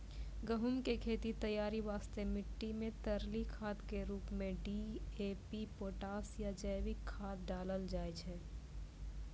गहूम के खेत तैयारी वास्ते मिट्टी मे तरली खाद के रूप मे डी.ए.पी पोटास या जैविक खाद डालल जाय छै